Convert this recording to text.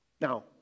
Now